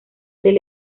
del